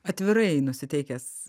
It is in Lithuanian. atvirai nusiteikęs